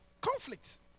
conflicts